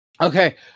Okay